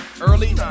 early